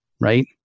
right